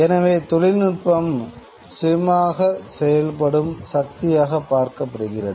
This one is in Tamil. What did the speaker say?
எனவே தொழில்நுட்பம் சுயமாக செயல்பாடும் சக்தியாக பார்க்கப்படுகிறது